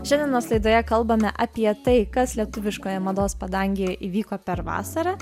šiandienos laidoje kalbame apie tai kas lietuviškoje mados padangėje įvyko per vasarą